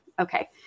okay